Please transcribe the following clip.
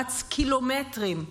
רץ קילומטרים,